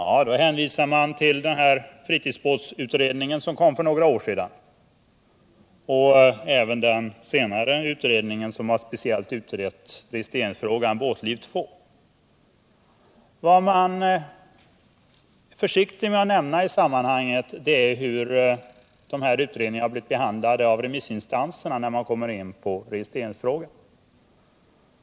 Det hänvisas till betänkandet från fritidsbåtutredningen, som kom för några år sedan, och även till betänkandet från den senare utredningen, som speciellt utredde registreringsfrågan, Båtliv 2 Vad man är försiktig med att nämna i sammanhanget är hur utredningarna blev behandlade av remissinstanserna när det gäller registreringsfrågan.